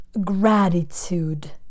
gratitude